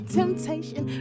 temptation